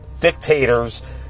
Dictators